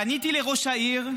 פניתי לראש העיר,